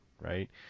right